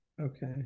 Okay